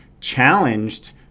challenged